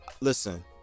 listen